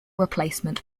replacement